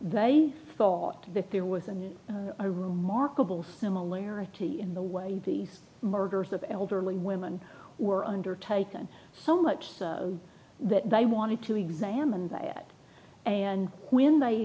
they thought that there was a new a remarkable similarity in the way these murders of elderly women were undertaken so much that they wanted to examine that and when they